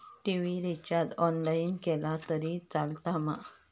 TV recharge online केला तरी चलात मा?